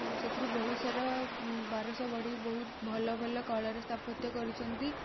ସେଥିରୁ ବହୁ ସାରା ବାରଶହ ବଢ଼େଇ ବହୁତ ଭଲ ଭଲ କଳାର ସ୍ଥାପତ୍ୟ କରିଛନ୍ତି